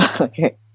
Okay